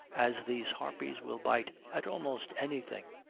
as these harpies will bite at almost anything,